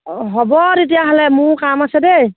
অ হ'ব তেতিয়াহ'লে মোৰ কাম আছে দেই